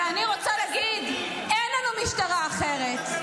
ואני רוצה להגיד: אין לנו משטרה אחרת.